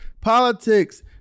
politics